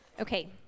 okay